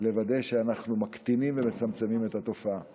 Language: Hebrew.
לוודא שאנחנו מקטינים ומצמצמים את התופעה.